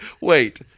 Wait